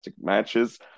matches